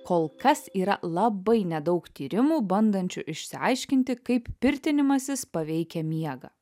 kol kas yra labai nedaug tyrimų bandančių išsiaiškinti kaip pirtinimasis paveikia miegą